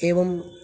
एवं